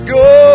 go